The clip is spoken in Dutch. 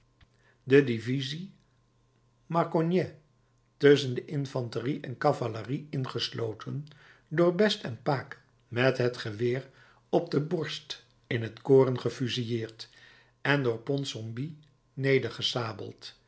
de divisie marcognet tusschen de infanterie en cavalerie ingesloten door best en pake met het geweer op de borst in t koren gefusilleerd en door ponsonby